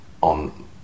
on